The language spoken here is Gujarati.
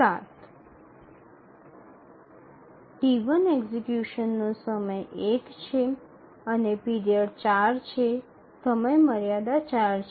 T1 એક્ઝિકયુશનનો સમય ૧ છે અને પીરિયડ ૪ છે સમયમર્યાદા ૪ છે